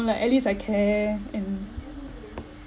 like at least I care and